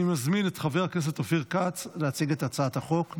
אני מזמין את חבר הכנסת אופיר כץ להציג את הצעת החוק.